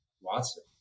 Watson